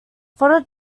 fodder